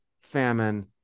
famine